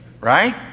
Right